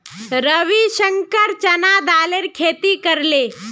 रविशंकर चना दालेर खेती करले